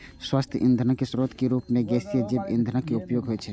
स्वच्छ ईंधनक स्रोत के रूप मे गैसीय जैव ईंधनक उपयोग होइ छै